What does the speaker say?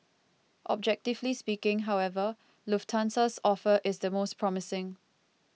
objectively speaking however Lufthansa's offer is the most promising